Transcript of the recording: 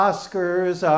Oscars